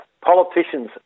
Politicians